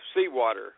seawater